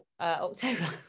october